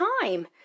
time